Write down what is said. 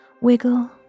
Wiggle